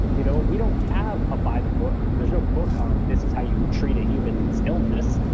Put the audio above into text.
you know we don't have a by the book. there's no book on this is how you treat a human's illness.